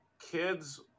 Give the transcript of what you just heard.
kids